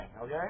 okay